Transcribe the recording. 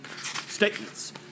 statements